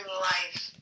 life